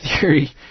theory